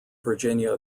virginia